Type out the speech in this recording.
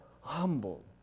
humble